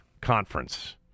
conference